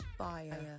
fire